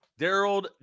Daryl